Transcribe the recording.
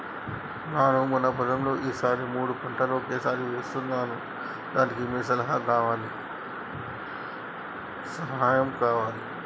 నాను మన పొలంలో ఈ సారి మూడు పంటలు ఒకేసారి వేస్తున్నాను దానికి మీ సహాయం కావాలి